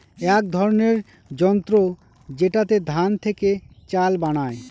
এক ধরনের যন্ত্র যেটাতে ধান থেকে চাল বানায়